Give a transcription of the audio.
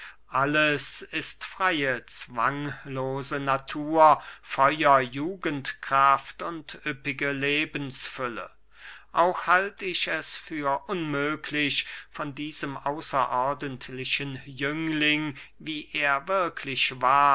alles ist freye zwanglose natur feuer jugendkraft und üppige lebensfülle auch halt ich es für unmöglich von diesem außerordentlichen jüngling wie er wirklich war